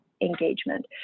engagement